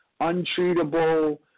untreatable